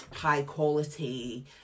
high-quality